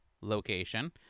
location